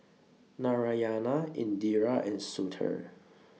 Narayana Indira and Sudhir